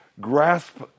grasp